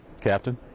Captain